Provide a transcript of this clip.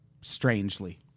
strangely